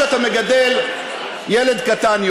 שאתה מגדל ילד קטן,